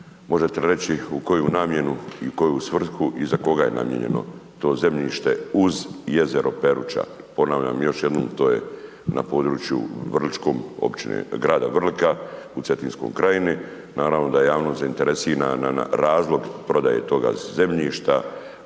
Možete li reći u koju namjenu i u koju svrhu i za koga je namijenjeno to zemljište uz jezero Peruća? Ponavljam još jednom to je na području grada Vrlike u Cetinskoj krajini. Naravno da je javnost zainteresirana za razlog prodaje tog zemljišta,